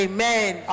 Amen